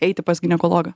eiti pas ginekologą